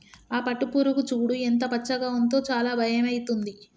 ఆ పట్టుపురుగు చూడు ఎంత పచ్చగా ఉందో చాలా భయమైతుంది